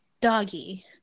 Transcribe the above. doggy